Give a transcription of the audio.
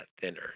thinner